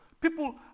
people